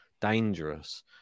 dangerous